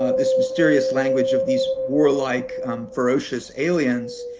ah this mysterious language of these warlike ferocious aliens